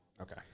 Okay